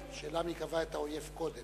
השאלה היא מי קבע את האויב קודם,